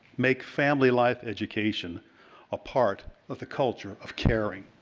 make family life education a part of the culture of caring,